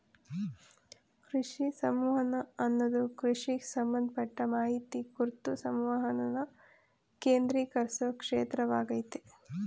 ಕೃಷಿ ಸಂವಹನ ಅನ್ನದು ಕೃಷಿಗ್ ಸಂಬಂಧಪಟ್ಟ ಮಾಹಿತಿ ಕುರ್ತು ಸಂವಹನನ ಕೇಂದ್ರೀಕರ್ಸೊ ಕ್ಷೇತ್ರವಾಗಯ್ತೆ